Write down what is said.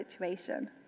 situation